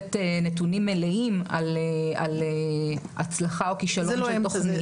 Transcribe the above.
לתת נתונים מלאים על הצלחה או כישלון של תוכנית.